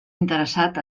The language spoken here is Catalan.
interessat